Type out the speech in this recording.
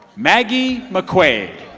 maggie mcquaig